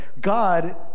God